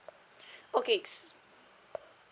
okay